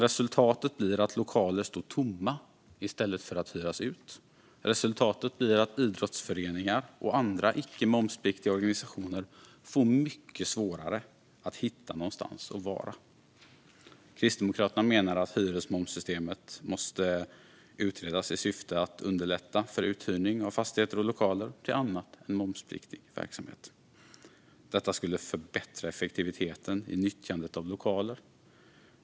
Resultatet blir att lokaler står tomma i stället för att hyras ut. Resultatet blir också att idrottsföreningar och andra icke momspliktiga organisationer får mycket svårare att hitta någonstans att vara. Kristdemokraterna menar att hyresmomssystemet måste utredas i syfte att underlätta för uthyrning av fastigheter och lokaler till annat än momspliktig verksamhet. Detta skulle förbättra effektiviteten i nyttjandet av lokaler.